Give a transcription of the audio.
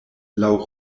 laŭ